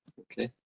Okay